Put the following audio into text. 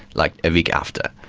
like, a week after.